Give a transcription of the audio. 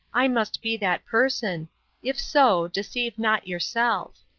i must be that person if so deceive not yourself.